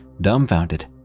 dumbfounded